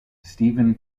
stephen